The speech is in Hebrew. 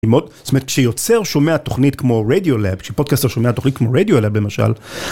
זאת אומרת כשיוצר שומע תוכנית כמו רדיולאב, כשפודקאסטר שומע תוכנית כמו רדיולאב למשל.